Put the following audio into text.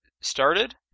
started